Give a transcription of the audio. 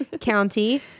County